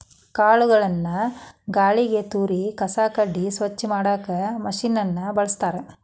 ಕಾಳುಗಳನ್ನ ಗಾಳಿಗೆ ತೂರಿ ಕಸ ಕಡ್ಡಿ ಸ್ವಚ್ಛ ಮಾಡಾಕ್ ಮಷೇನ್ ನ ಬಳಸ್ತಾರ